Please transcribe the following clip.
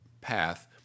path